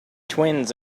twins